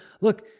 Look